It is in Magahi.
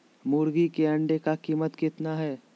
मुर्गी के अंडे का कीमत कितना है?